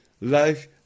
life